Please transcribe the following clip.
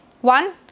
one